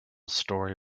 story